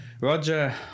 Roger